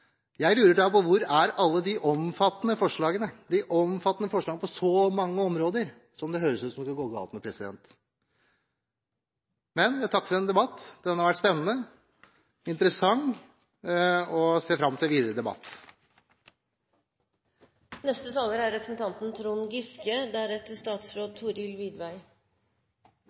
jeg lurer litt på én ting: Hvor er alle de omfattende forslagene, de omfattende forslagene på så mange områder som det høres ut som om det skal gå galt med? Jeg takker for en debatt som har vært spennende og interessant. Jeg ser fram til videre debatt.